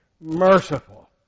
merciful